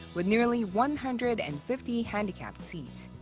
with nearly one hundred and fifty handicapped seats.